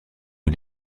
est